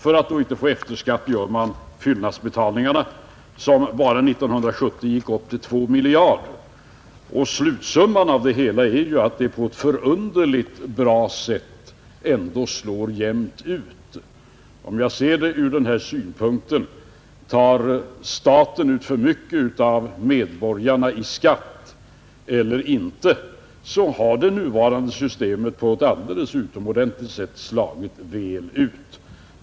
För att då inte få efterskatt gör man fyllnadsinbetalningar, som bara 1970 uppgick till 2 miljarder. Slutsumman av det hela är ju att det på ett förunderligt bra sätt ändå slår jämnt ut. Om man ser frågan ur synpunkten om staten tar ut för mycket av medborgarna i skatt eller inte, så har det nuvarande systemet slagit utomordentligt väl ut.